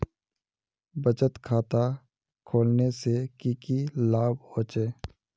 बचत खाता खोलने से की की लाभ होचे?